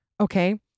okay